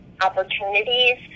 opportunities